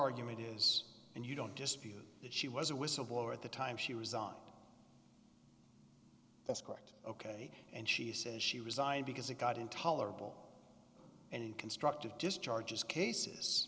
argument is and you don't just feel that she was a whistleblower at the time she resigned that's correct ok and she says she resigned because it got intolerable and constructive discharges cases